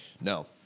No